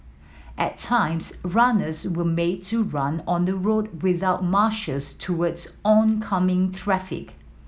at times runners were made to run on the road without marshals towards oncoming traffic